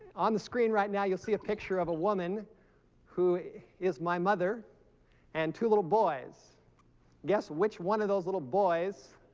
on the screen right now you'll see a picture of a woman who is my mother and two little boys guess which one of those little boys